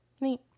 Neat